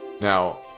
Now